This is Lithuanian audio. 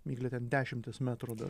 migle ten dešimtys metrų dar